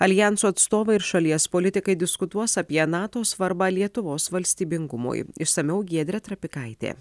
aljanso atstovai ir šalies politikai diskutuos apie nato svarbą lietuvos valstybingumui išsamiau giedrė trapikaitė